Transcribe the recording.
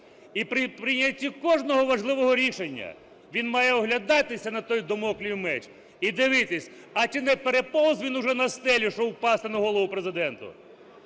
і при прийнятті кожного важливого рішення він має оглядатися на той дамоклів меч і дивитися, а чи не переповз він уже на стелю, щоб упасти на голову президенту.